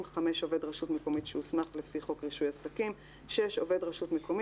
עובד רשות מקומית שהוסמך עד יום ט"ו בסיון התש"ף ()7 ביוני 2020)